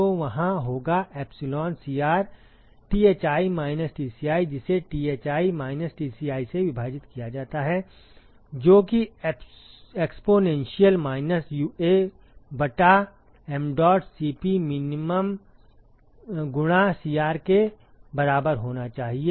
तो वहाँ होगा epsilon Cr Thi minus Tci जिसे Thi माइनस Tci से विभाजित किया जाता है जो कि एक्सपोनेंशियल माइनस UA बटा mdot Cp min गुणा Cr के बराबर होना चाहिए